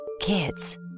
Kids